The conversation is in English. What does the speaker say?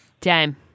time